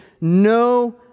no